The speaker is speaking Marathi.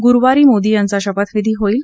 गुरुवारी मोदी यांचा शपथविधी होईल